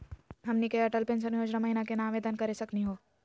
हमनी के अटल पेंसन योजना महिना केना आवेदन करे सकनी हो?